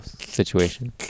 situation